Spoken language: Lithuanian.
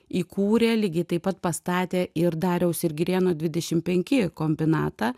įkūrė lygiai taip pat pastatė ir dariaus ir girėno dvidešim penki kombinatą